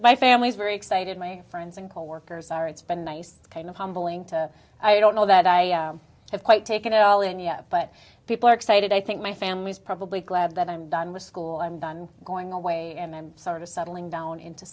my family's very excited my friends and coworkers are it's been nice kind of humbling to i don't know that i have quite taken it all in yet but people are excited i think my family is probably glad that i'm done with school i'm done going away and sort of settling down into